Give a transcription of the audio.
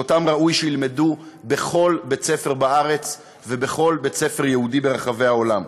שאותם ראוי שילמדו בכל בית-ספר בארץ ובכל בית-ספר ברחבי העולם.